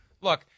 look